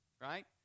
right